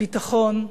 הביטחון,